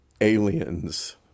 aliens